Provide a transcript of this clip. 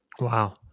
Wow